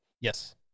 Yes